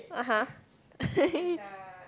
(uh huh)